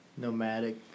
Nomadic